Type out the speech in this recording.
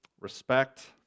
respect